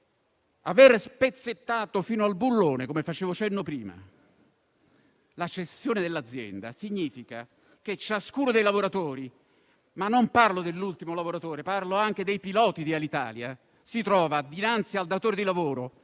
aver spezzettato fino al bullone, come dicevo prima, la cessione dell'azienda significa che ciascuno dei lavoratori - e non parlo dell'ultimo lavoratore, ma degli stessi piloti di Alitalia - si trova dinanzi al datore di lavoro